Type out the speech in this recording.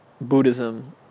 Buddhism